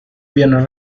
been